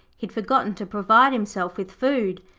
had forgotten to provide himself with food,